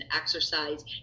exercise